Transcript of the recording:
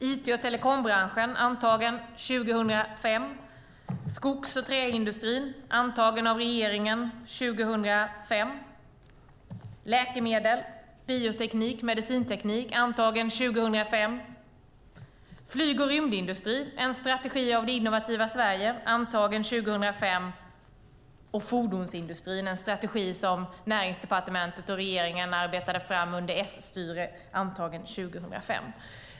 IT och telekombranschen är antagen 2005. Skogs och träindustrin är antagen av regeringen 2005. Läkemedel, bioteknik och medicinteknik är antagen 2005. Flyg och rymdindustrin - En del av Innovativa Sverige är antagen 2005. Fordonsindustrin är en strategi som Näringsdepartementet och regeringen arbetade fram under S-styre, antagen 2005.